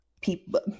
people